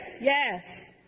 Yes